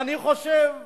ואני חושב,